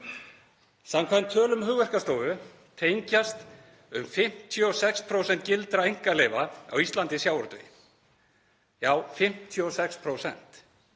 Samkvæmt tölum Hugverkastofu tengjast um 56% gildra einkaleyfa á Íslandi sjávarútvegi. Já, 56%.